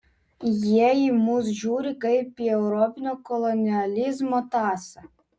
jie į mus žiūri kaip į europinio kolonializmo tąsą